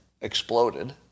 exploded